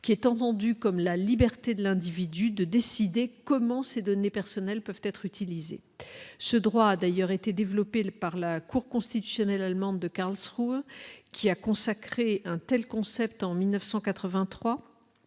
qui est entendu comme la liberté de l'individu, de décider comment ces données personnelles peuvent être utilisés, ce droit a d'ailleurs été développé par la cour constitutionnelle allemande de Karlsruhe qui a consacré un tels concepts en 1983